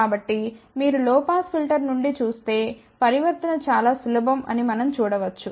కాబట్టి మీరు low pass filter నుండి చూస్తే పరివర్తన చాలా సులభం అని మనం చూడవచ్చు